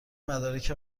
مدارک